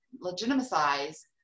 legitimize